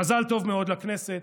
מזל טוב מאוד לכנסת